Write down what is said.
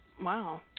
Wow